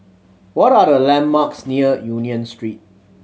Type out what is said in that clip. what are the landmarks near Union Street